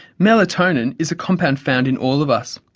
melatonin is a compound found in all of us.